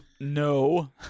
No